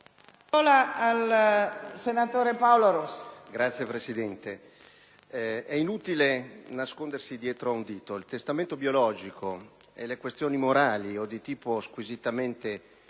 Signora Presidente, è inutile nascondersi dietro a un dito: il testamento biologico, e le questioni morali o di tipo squisitamente